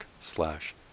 slash